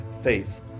faith